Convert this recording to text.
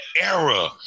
era